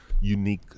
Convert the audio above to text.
unique